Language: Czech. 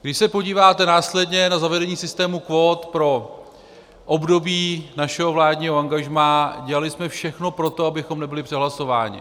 Když se podíváte následně na zavedení systému kvót pro období našeho vládního angažmá, dělali jsme všechno pro to, abychom nebyli přehlasováni.